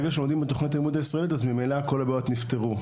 כשזה קורה, אז ממילא כל הבעיות נפתרו.